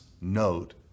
note